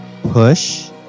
Push